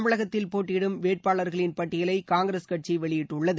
தமிழகத்தில் போட்டியிடும் வேட்பாளர்களின் பட்டியலை காங்கிரஸ் கட்சி வெளியிட்டுள்ளது